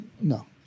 No